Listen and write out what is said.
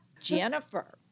Jennifer